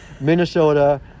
Minnesota